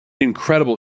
incredible